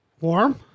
Warm